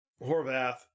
Horvath